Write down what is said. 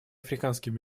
африканским